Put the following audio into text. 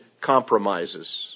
compromises